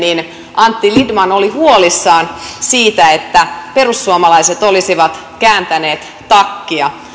antti lindtman oli huolissaan siitä että perussuomalaiset olisivat kääntäneet takkia